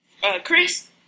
Chris